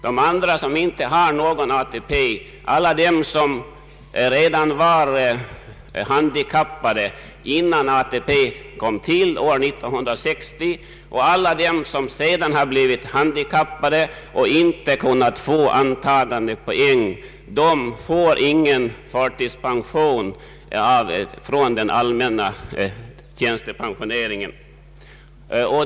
De andra, som inte har någon ATP, alltså alla de som var handikappade redan 1960 när ATP kom till, och alla de som sedan har blivit handikappade och inte kunnat få antagande poäng, de får ingen förtidspension från den allmänna tjänstepensioneringen.